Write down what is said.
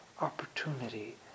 opportunity